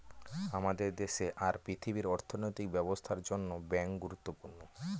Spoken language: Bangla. আমাদের দেশে আর পৃথিবীর অর্থনৈতিক ব্যবস্থার জন্য ব্যাঙ্ক গুরুত্বপূর্ণ